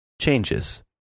changes